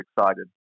excited